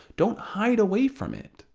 don't hide away from it.